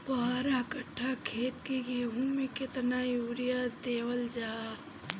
बारह कट्ठा खेत के गेहूं में केतना यूरिया देवल जा?